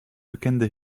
bekende